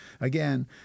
Again